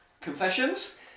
confessions